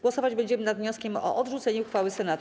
Głosować będziemy nad wnioskiem o odrzucenie uchwały Senatu.